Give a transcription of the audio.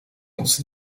ons